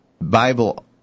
Bible